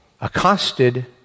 accosted